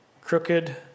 crooked